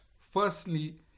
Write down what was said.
Firstly